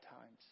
times